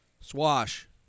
Swash